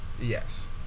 Yes